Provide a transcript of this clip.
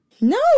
No